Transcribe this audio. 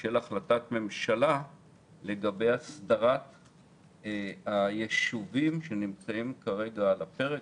של החלטת ממשלה לגבי הסדרת הישובים שנמצאים כרגע על הפרק.